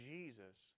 Jesus